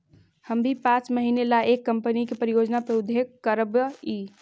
हम भी पाँच महीने ला एक कंपनी की परियोजना पर उद्योग करवई